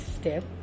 step